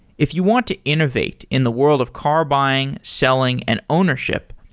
if you want to innovate in the world of car buying, selling and ownership,